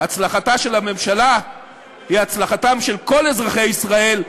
הצלחתה של הממשלה היא הצלחתם של כל אזרחי ישראל,